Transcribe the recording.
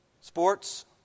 Sports